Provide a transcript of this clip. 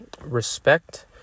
respect